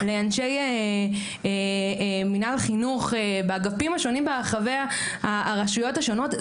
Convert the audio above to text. לאנשי מנהל חינוך באגפים השונים ברחבי הרשויות השונות.